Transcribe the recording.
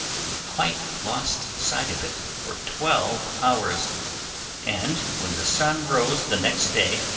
we quite lost sight of it for twelve hours and when the sun rose the next day,